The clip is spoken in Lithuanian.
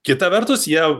kita vertus jie